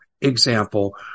example